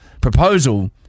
Proposal